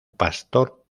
pastor